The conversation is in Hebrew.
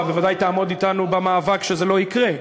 אתה בוודאי תעמוד אתנו במאבק שזה לא יקרה.